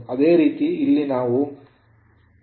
ಅದೇ ರೀತಿ ಇಲ್ಲಿ ನಾವು ಅವರ ತರಂಗ ರೂಪದ ಮಾದರಿ ಯನ್ನು ನೋಡುತ್ತೇವೆ